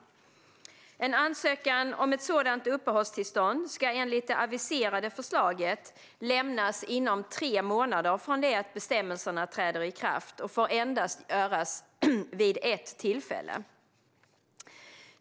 En ansökan om ett sådant uppehållstillstånd ska enligt det aviserade förslaget lämnas inom tre månader från det att bestämmelserna träder i kraft och får endast göras vid ett tillfälle.